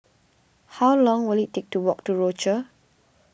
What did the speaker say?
how long will it take to walk to Rochor